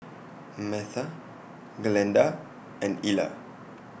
Metha Glenda and Illa